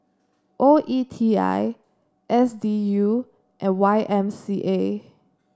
O E T I S D U and Y M C A